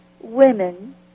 women